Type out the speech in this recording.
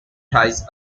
ties